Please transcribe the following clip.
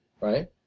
right